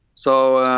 so